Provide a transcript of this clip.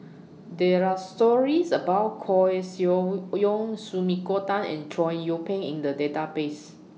There Are stories about Koeh Sia Yong Sumiko Tan and Chow Yian Ping in The Database